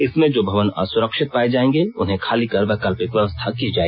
इसमें जो भवन असुरक्षित पाए जाएंगे उन्हें खाली कर वैकल्पिक व्यवस्था की जाए